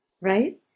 Right